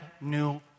new